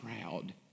proud